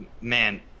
man